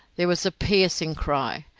there was a piercing cry,